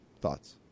Thoughts